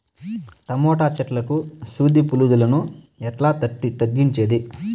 Tomato చెట్లకు సూది పులుగులను ఎట్లా తగ్గించేది?